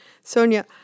Sonia